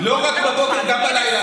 לא רק בבוקר, גם בלילה.